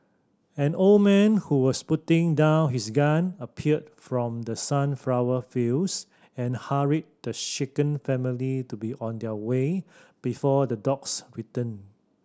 an old man who was putting down his gun appeared from the sunflower fields and hurried the shaken family to be on their way before the dogs return